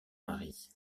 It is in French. mari